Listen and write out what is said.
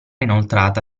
inoltrata